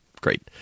great